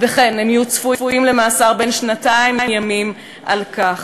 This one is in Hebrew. וכן, הם יהיו צפויים למאסר בן שנתיים ימים על כך.